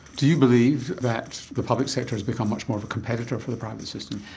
do you believe that the public sector has become much more of a competitor for the private system?